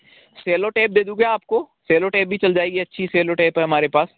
सेलो tape दे दूँ क्या आपको सेलो टेप भी चल जाएगी अच्छी सेलो टेप है हमारे पास